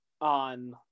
on